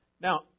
Now